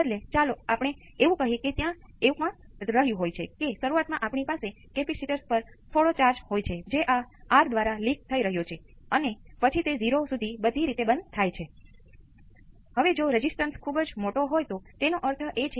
પછી કેટલા કેપેસિટર્સ બાકી છે તે જુઓ તે સર્કિટનો ઓર્ડર છે અને અલબત્ત આ કિસ્સામાં અમે ફક્ત પ્રથમ ઓર્ડર સિસ્ટમ સાથે જ વ્યવહાર કરીશું અને તમને ટાઈમ કોંસ્ટંટ પણ તે જ રીતે મળશે